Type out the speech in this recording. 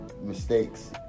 mistakes